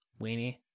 Weenie